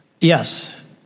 Yes